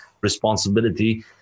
responsibility